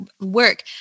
work